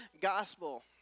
gospel